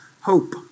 hope